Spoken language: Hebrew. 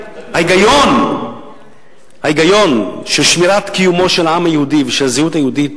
ההיגיון של שמירת קיומו של העם היהודי ושל הזהות היהודית